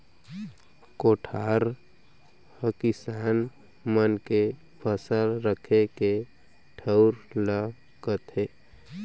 कोठार हकिसान मन के फसल रखे के ठउर ल कथें